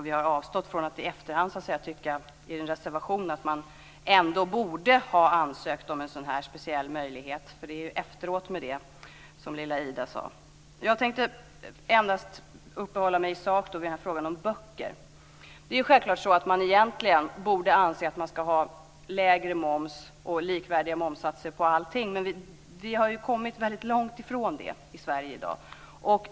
Vi har avstått från att i efterhand avge en reservation om att man ändå borde ha ansökt om en sådan speciell möjlighet, för det är ju efteråt med det, som lilla Ida sade. Jag tänkte endast uppehålla mig i sak vid frågan om böcker. Det är självklart att man egentligen borde anse att man ska ha lägre moms och likvärdiga momssatser på allting, men vi har ju kommit väldigt långt ifrån detta i Sverige i dag.